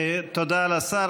תודה לשר.